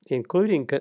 including